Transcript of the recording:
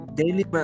daily